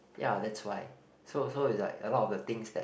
ya that's why so so it's like a lot of the things that